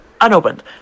unopened